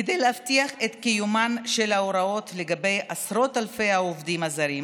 כדי להבטיח את קיומן של ההוראות לגבי עשרות אלפי העובדים הזרים